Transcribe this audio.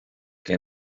que